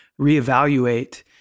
reevaluate